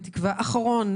בתקווה אחרון,